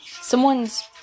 someone's